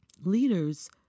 Leaders